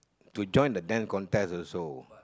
to join the Dance Contest also